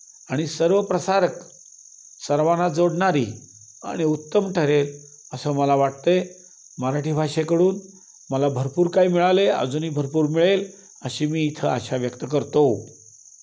आणि सर्व प्रसारक सर्वांना जोडणारी आणि उत्तम ठरेल असं मला वाटतं आहे मराठी भाषेकडून मला भरपूर काय मिळालं आहे अजूनही भरपूर मिळेल अशी मी इथं आशा व्यक्त करतो